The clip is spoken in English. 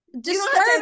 Disturbing